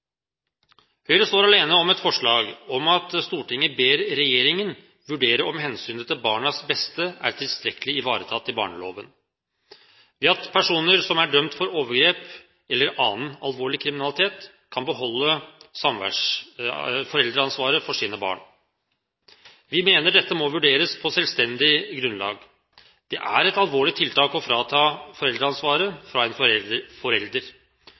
Høyre står alene om et forslag om at Stortinget ber regjeringen vurdere om hensynet til barnas beste er tilstrekkelig ivaretatt i barneloven ved at personer som er dømt for overgrep eller annen alvorlig kriminalitet, kan beholde foreldreansvaret for sine barn. Vi mener dette må vurderes på selvstendig grunnlag. Det er et alvorlig tiltak å frata en forelder foreldreansvaret,